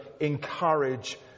encourage